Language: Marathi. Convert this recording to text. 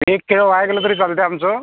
एक केळं वाया गेलं तरी चालते आमचं